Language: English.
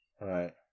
Right